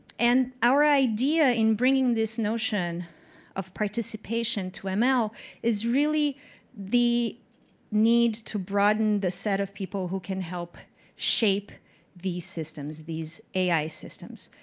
and our idea in bringing this notion of participation to ml is really the need to broaden the set of people who can help shape these systems, these ai systems.